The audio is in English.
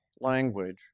language